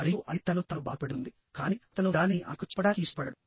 మరియు అది తనను తాను బాధపెడుతుంది కానీ అతను దానిని ఆమెకు చెప్పడానికి ఇష్టపడడు